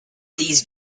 these